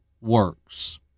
works